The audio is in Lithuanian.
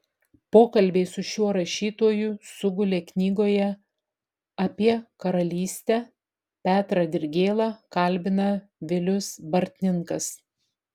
pokalbiai su šiuo rašytoju sugulė knygoje apie karalystę petrą dirgėlą kalbina vilius bartninkas